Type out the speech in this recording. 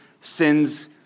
sin's